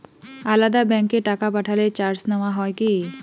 আলাদা ব্যাংকে টাকা পাঠালে চার্জ নেওয়া হয় কি?